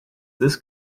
this